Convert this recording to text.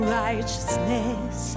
righteousness